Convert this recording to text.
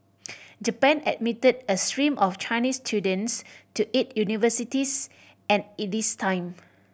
Japan admitted a stream of Chinese students to its universities at this time